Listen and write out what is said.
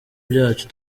byacu